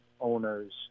owners